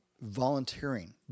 Volunteering